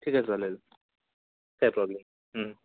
ठीक आहे चालेल काही प्रॉब्लेम